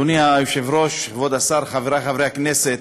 אדוני היושב-ראש, כבוד השר, חברי חברי הכנסת,